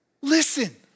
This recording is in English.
listen